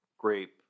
grape